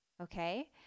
Okay